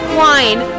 wine